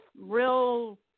real